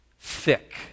Thick